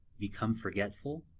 become forgetful,